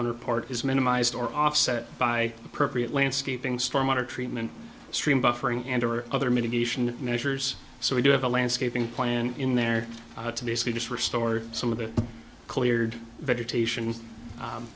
to part is minimized or offset by appropriate landscaping storm water treatment stream buffering and or other mitigation measures so we do have a landscaping plan in there to basically just restore some of the cleared vegetation